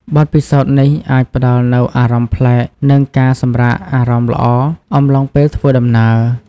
បទពិសោធន៍នេះអាចផ្ដល់នូវ អារម្មណ៍ប្លែក និងការ សម្រាកអារម្មណ៍ល្អ អំឡុងពេលធ្វើដំណើរ។